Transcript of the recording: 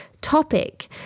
topic